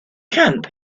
camp